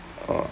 uh